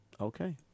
Okay